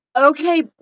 Okay